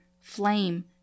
flame